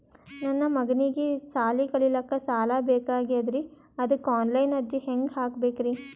ನನ್ನ ಮಗನಿಗಿ ಸಾಲಿ ಕಲಿಲಕ್ಕ ಸಾಲ ಬೇಕಾಗ್ಯದ್ರಿ ಅದಕ್ಕ ಆನ್ ಲೈನ್ ಅರ್ಜಿ ಹೆಂಗ ಹಾಕಬೇಕ್ರಿ?